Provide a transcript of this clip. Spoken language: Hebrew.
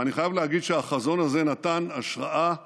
ואני חייב להגיד שהחזון הזה נתן השראה לרבים,